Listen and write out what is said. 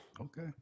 Okay